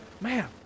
Man